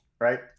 Right